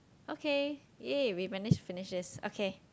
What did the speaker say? okay !yay! we managed to finish this okay